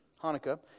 Hanukkah